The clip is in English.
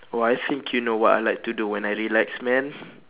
oh I think you know what I like to do when I relax man